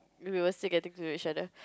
we will still getting to each other